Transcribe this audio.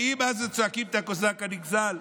באים אז וצועקים את הקוזק הנגזל.